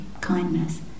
kindness